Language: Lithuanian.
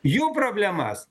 jų problemas